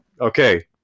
okay